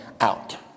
out